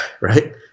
right